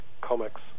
comics